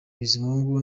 bizimungu